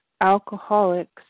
alcoholics